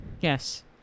Yes